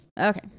Okay